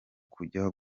kujya